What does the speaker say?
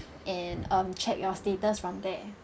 and um check your status from there